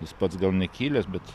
jis pats gal nekilęs bet